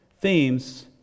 themes